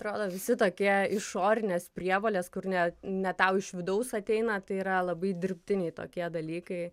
atrodo visi tokie išorinės prievolės kur ne ne tau iš vidaus ateina tai yra labai dirbtiniai tokie dalykai